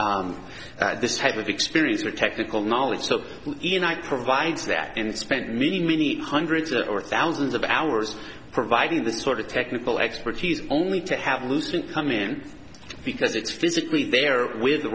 in this type of experience or technical knowledge so unite provides that and spent many many hundreds or thousands of hours providing the sort of technical expertise only to have lucent come in because it's physically there with